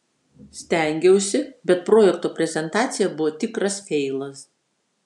stengiausi bet projekto prezentacija buvo tikras feilas